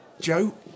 Joe